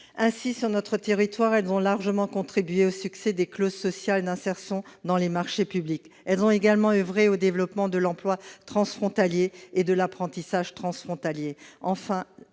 Ainsi, sur mon territoire, les maisons de l'emploi ont largement contribué au succès des clauses sociales d'insertion dans les marchés publics. Elles ont également oeuvré au développement de l'emploi et de l'apprentissage transfrontaliers.